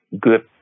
good